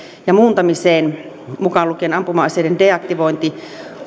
ja muuntamiseen mukaan lukien ampuma aseiden deaktivointi